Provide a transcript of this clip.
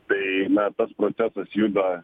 tai na tas procesas juda